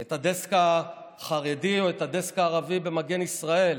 את הדסק החרדי או את הדסק הערבי במגן ישראל.